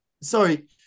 sorry